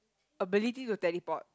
ability will teleport